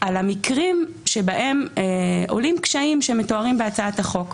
על המקרים שבהם עולים קשיים שמתוארים בהצעת החוק.